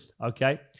Okay